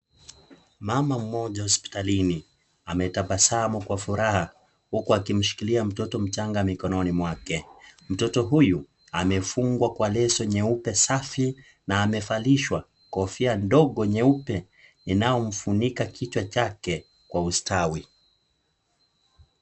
Mama mmoja hospitalini ametabasamu kwa furaha huku akimshikilia mtoto mchanga mkononi mwake mtoto huyu amefungwa kwa leso nyeupe safi na amevalishwa kofia ndogo nyeupe inayomfunika kichwa chake kwa ustadi.